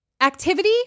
activity